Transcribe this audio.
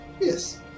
Yes